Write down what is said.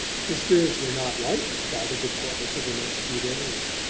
her spirits were not lightened by the developments of the next few days.